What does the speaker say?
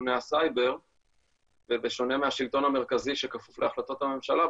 סיכוני הסייבר ובשונה מהשלטון המרכזי שכפוף להחלטות הממשלה,